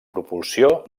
propulsió